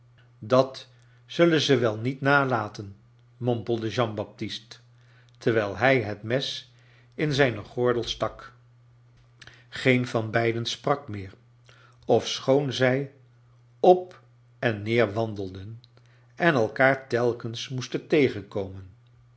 dat zullen ze wel niet nalaten mompelde jean baptist terwijl hij het mes in zijn gordel stak geen van beiden sprak meer ofschoon zij op en neer wandelden en elkaar telkens moesten tegenkomen